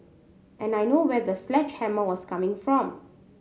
and I know where the sledgehammer was coming from